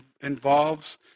involves